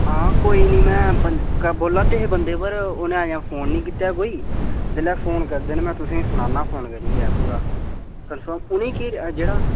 हां कोई नी मैं बोलै दे ही बंदे पर उ'नें अजें फोन नी कीता ऐ कोई जिल्लै फोन करदे मैं तुसेंगी सनानां फोन करियै पूरा कन्फर्म उ'नें केह् जेह्ड़ा